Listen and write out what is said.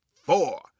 four